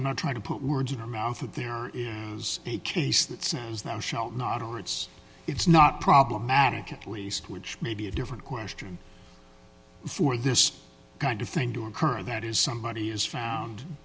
i'm not trying to put words in her mouth that there was a case that's not or it's it's not problematic at least which may be a different question for this kind of thing to occur that is somebody is found